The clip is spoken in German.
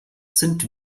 sind